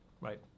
right